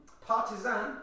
partisan